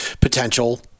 potential